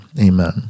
Amen